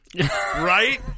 Right